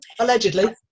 Allegedly